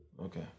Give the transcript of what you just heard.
Okay